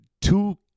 two